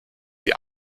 die